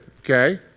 okay